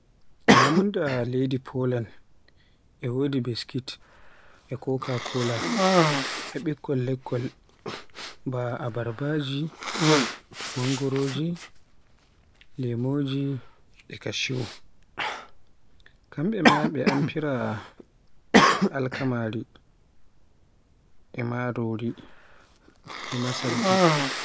Nyamunda e leydi Poland e wodi biskit, e coca-cola, e bikkol lekkol ba abarbaji, mangoroje, lemoje, e kashiwji. Kambe ma be amfira e alkamaari, e marori, e masardi.